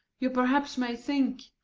you perhaps may think,